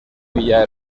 villa